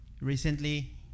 Recently